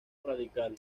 radical